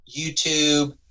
YouTube